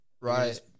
Right